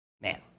man